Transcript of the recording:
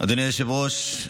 אדוני היושב-ראש,